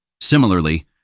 Similarly